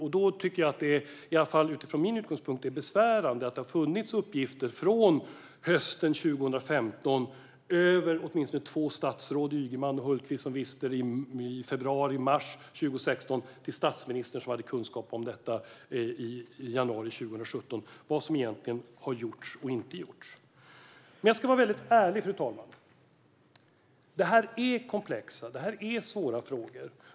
Från min utgångspunkt tycker jag att det då är besvärande att det har funnits uppgifter från hösten 2015 - åtminstone två statsråd, Ygeman och Hultqvist, kände till detta i februari eller mars 2016, och statsministern hade kunskap om detta i januari 2017 - om vad som egentligen har gjorts och inte gjorts. Jag ska vara mycket ärlig, fru talman. Detta är komplexa och svåra frågor.